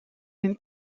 une